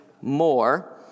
more